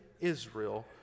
Israel